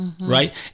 Right